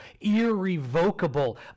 irrevocable